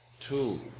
Two